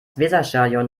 weserstadion